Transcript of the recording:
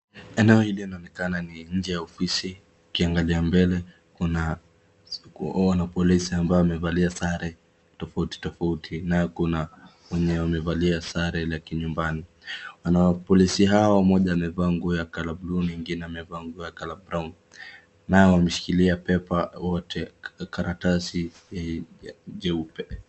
Eneo hili inaonekana ni inje ya ofisi ukiangalia mbele kuna wanapolisi ambao wa mavalia sare tofauti tofauti na kuna wenye wamevalia sare la kinyumbani wanawapolisi hawa moja amevaa nguo ya color blue nyingine amavaa nguo ya colorbrown nao wameshikilia paper karatasi ya jeupe